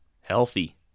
healthy